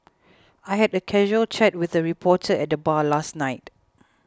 I had a casual chat with a reporter at the bar last night